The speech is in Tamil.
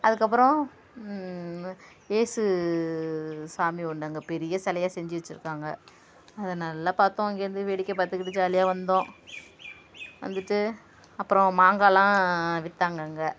அதற்கப்பறோம் இயேசு சாமி ஒன்று அங்கே பெரிய சிலையா செஞ்சு வச்சுருக்காங்க அதை நல்லா பார்த்தோம் அங்கேந்து வேடிக்க பார்த்துக்குட்டு ஜாலியாக வந்தோம் வந்துவிட்டு அப்புறம் மாங்காய்லாம் விற்றாங்க அங்கே